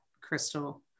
crystal